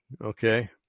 Okay